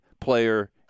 player